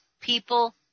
People